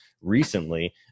recently